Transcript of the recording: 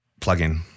plugin